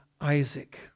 Isaac